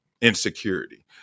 insecurity